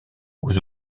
aux